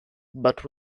but